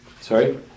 Sorry